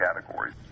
categories